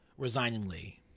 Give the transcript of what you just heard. resigningly